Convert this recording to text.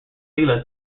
leela